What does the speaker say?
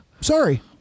Sorry